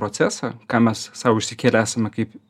procesą ką mes sau išsikėlę esame kaip